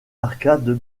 arcades